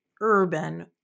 urban